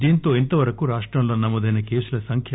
దీంతో ఇంతవరకు రాష్టంలో నమోదైన కేసుల సంఖ్య